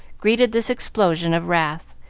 greeted this explosion of wrath,